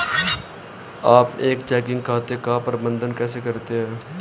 आप एक चेकिंग खाते का प्रबंधन कैसे करते हैं?